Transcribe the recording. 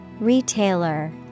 Retailer